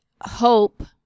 hope